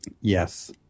Yes